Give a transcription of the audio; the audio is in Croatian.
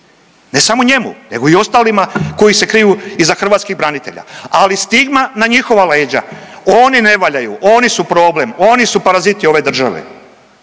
ne samo njemu nego i ostalima koji se kriju iza hrvatskih branitelja, ali stigma na njihova leđa, oni ne valjaju, oni su problem, oni su paraziti ove države